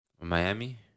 Miami